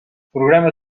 programa